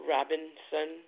Robinson